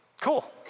Cool